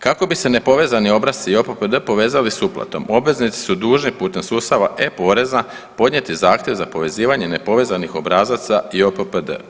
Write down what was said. Kako bi se nepovezani obrasci JOPPD povezali sa uplatom obveznici su dužni putem sustava e-poreza podnijeti zahtjev za povezivanje nepovezanih obrazaca JOPPD.